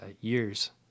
years